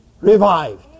revived